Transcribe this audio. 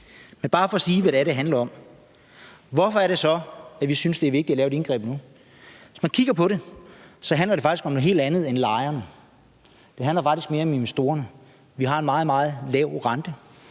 var bare for at sige, hvad det er, det handler om. Hvorfor er det så, at vi synes, det er vigtigt at lave et indgreb nu? Hvis man kigger på det, handler det faktisk om noget helt andet end lejerne – det handler faktisk mere om investorerne. Vi har en meget, meget lav rente,